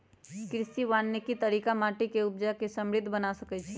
कृषि वानिकी तरिका माटि के उपजा के समृद्ध बना सकइछइ